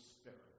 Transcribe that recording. spirit